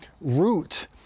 root